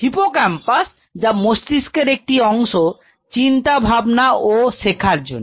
hippocampus যা মস্তিষ্কের একটি বিশেষ অংশ চিন্তা ভাবনা ও শেখার জন্য